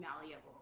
malleable